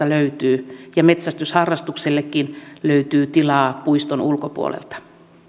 löytyy ja metsästysharrastuksellekin löytyy tilaa puiston ulkopuolelta